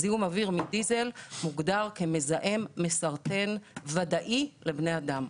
זיהום אוויר מדיזל מוגדר כמזהם מסרטן ודאי לבני אדם.